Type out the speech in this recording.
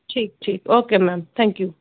ਠੀਕ ਠੀਕ okay ma'am thank you